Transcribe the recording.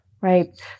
Right